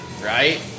Right